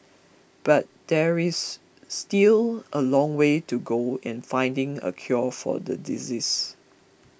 but there is still a long way to go in finding a cure for the disease